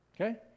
okay